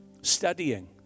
studying